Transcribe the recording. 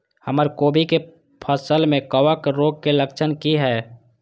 हमर कोबी के फसल में कवक रोग के लक्षण की हय?